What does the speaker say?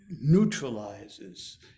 neutralizes